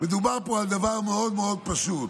מדובר פה על דבר מאוד מאוד פשוט: